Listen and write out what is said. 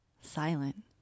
Silent